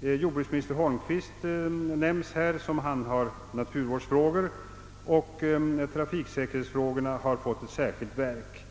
bo». Jordbruksminister Holmqvist handhar naturvårdsfrågorna, framhålls det vidare, och trafiksäkerhetsfrågorna har fått etl särskilt verk.